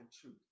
truth